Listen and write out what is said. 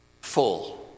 full